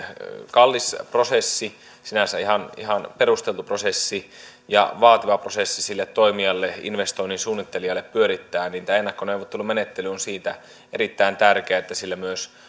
kallis prosessi sinänsä ihan ihan perusteltu prosessi ja vaativa prosessi sille toimijalle investoinnin suunnittelijalle pyörittää niin tämä ennakkoneuvottelumenettely on siitä erittäin tärkeä että sillä myös